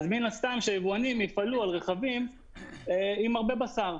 מן הסתם היבואנים יפעלו על רכבים עם הרבה בשר.